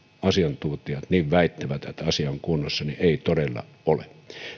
asiantuntijat väittävät että asia on kunnossa niin ei todella ole